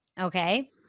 Okay